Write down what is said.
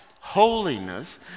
holiness